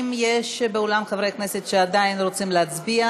האם יש באולם חברי כנסת שעדיין רוצים להצביע?